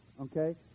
okay